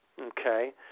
okay